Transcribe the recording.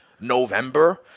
November